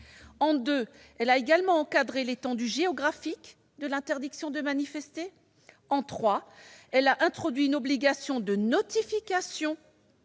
elle a également encadré l'étendue géographique de l'interdiction de manifester. Troisièmement, elle a introduit une obligation de notification